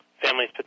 families